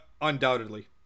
Undoubtedly